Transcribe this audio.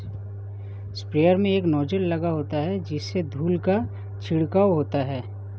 sprayer में एक nozzle लगा होता है जिससे धूल का छिड़काव होता है